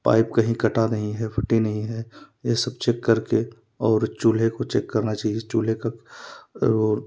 pipe कहीं कटा नहीं है फूटे नहीं है ये सब चेक करके और चूल्हे को चेक करना चाहिए चूल्हे का और